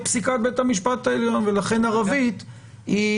פסיקת בית המשפט העליון ולכן הערבית היא